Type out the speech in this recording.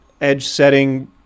edge-setting